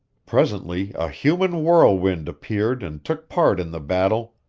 presently a human whirlwind appeared and took part in the battle.